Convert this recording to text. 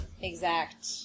exact